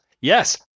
Yes